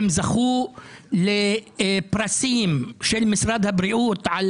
בית החולים זכה בפרסים ממשרד הבריאות על